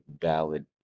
valid